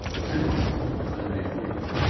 whatever disappointment i may feel,